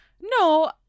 No